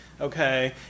Okay